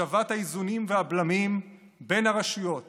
השבת האיזונים והבלמים בין הרשויות